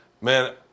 Man